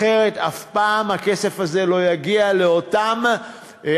אחרת אף פעם הכסף הזה לא יגיע לאותם אנשים